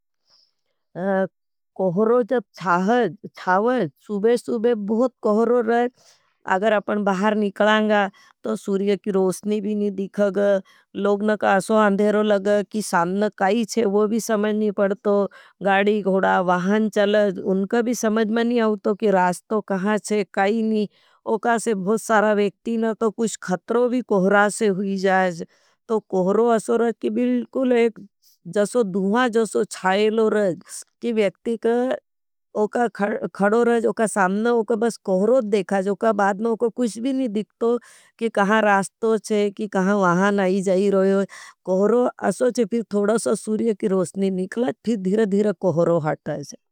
कोहरों जब च्छावज, सुबे-सुबे बहुत कोहरों रज, अगर आपन बहार निकलांगा। तो सुरिय की रोषनी भी नहीं दिखग, लोगन का असो अंधेरों लग, की सामन काई छे। वो भी समझनी पड़तो, गाड़ी, गोड़ा, वहान चल ज, उनको भी समझना नहीं आउतो। की रास्तो कहा छे, काई नहीं, उका से भोग सारा वेक्ती नहीं, तो कुछ खत्रों भी कोहरा से हुई जाज। तो कोहरों असो रज, की बिल्कुल एक जसो धुमा जसो च्छाएलो रज। की बेक्ती कहा, उका खड़ो रज, उका सामना, उका बस कोहरों थद देखाज।। उका बाद में उका कुछ भी नहीं दिखतो, की कहा रास्तो छे, की कहा वहान आई जाई रोय। कोहरो अशोचे फिर थोड़ा सो सूर्य की रोषनी निकलाज फिर धिरदीर कोहरो हाटा जाये।